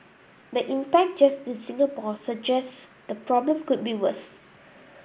the impact just in Singapore suggests the problem could be worse